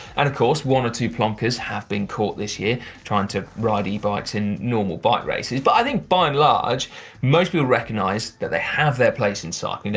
and of course one or two plonkers have been caught this year trying to ride e-bikes in normal bike races. but i think by and large most people recognize that they have their place in cycling,